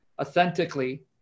authentically